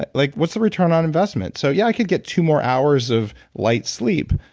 but like what's the return on investment? so yeah, i could get two more hours of light sleep.